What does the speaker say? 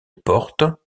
porte